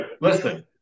listen